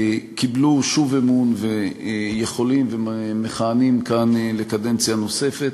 קיבלו שוב אמון ויכולים ומכהנים כאן לקדנציה נוספת.